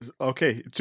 Okay